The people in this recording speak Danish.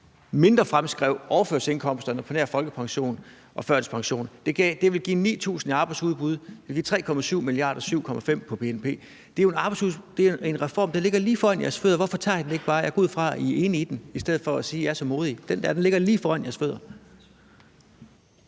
mindre fremskrivning af overførselsindkomsterne på nær folkepensionen og førtidspensionen. Det ville give 9.000 i arbejdsudbud, og det ville give 3,7 mia. kr. og 7,5 pct. på bnp. Det er en reform, der ligger lige foran jeres fødder, så hvorfor tager I den ikke bare – jeg går ud fra, at I er enige i den - i stedet for at sige, at I er så modige? Den dér ligger lige foran jeres fødder.